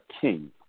king